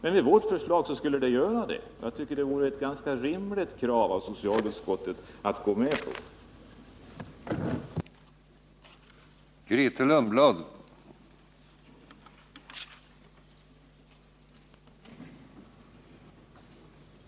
Om vårt förslag antogs skulle miniminivån uppnås, och jag tycker att det hade varit rimligt av socialutskottet att gå med på vårt krav.